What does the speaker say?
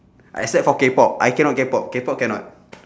except for K-pop I cannot K-pop K-pop cannot